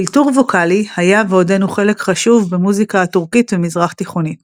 אלתור ווקאלי היה ועודנו חלק חשוב במוזיקה הטורקית ומזרח תיכונית.